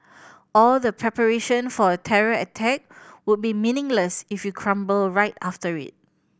all the preparation for a terror attack would be meaningless if you crumble right after it